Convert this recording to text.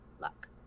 luck